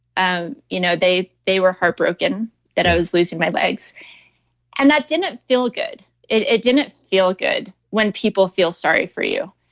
ah you know they they were heartbroken that i was losing my legs and that didn't feel good. it ah didn't feel good when people feel sorry for you,